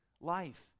life